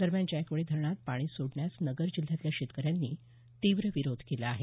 दरम्यान जायकवाडी धरणात पाणी सोडण्यास नगर जिल्ह्यातल्या शेतकऱ्यांनी तीव्र विरोध केला आहे